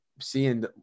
seeing